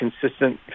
consistent